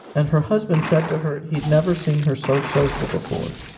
and her husband said to her, he'd never seen her so social before.